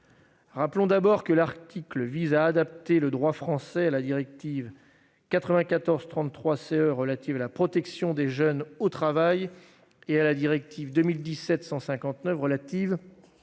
Rappelons tout d'abord que cet article vise à adapter le droit français à la directive 94/33/CE du Conseil relative à la protection des jeunes au travail et à la directive 2017/159 du Conseil